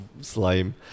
Slime